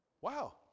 Wow